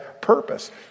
purpose